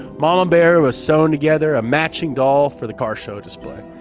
mama bear was sewing together a matching doll for the car show display,